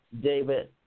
David